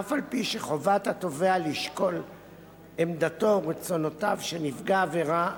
אף-על-פי שחובת התובע לשקול עמדתו ורצונותיו של נפגע העבירה,